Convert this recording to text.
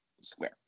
square